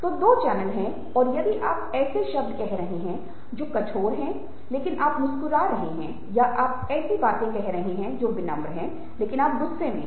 तो दो चैनल हैं और यदि आप ऐसे शब्द कह रहे हैं जो कठोर हैं लेकिन आप मुस्कुरा रहे हैं या आप ऐसी बातें कह रहे हैं जो विनम्र हैं लेकिन आप गुस्से में हैं